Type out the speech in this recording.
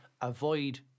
avoid